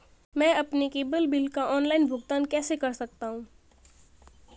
मैं अपने cable bill का ऑनलाइन भुगतान कैसे कर सकता हूं?